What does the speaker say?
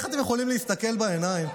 איך אתם יכולים להסתכל בעיניים,